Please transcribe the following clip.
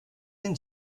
and